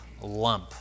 lump